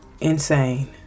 insane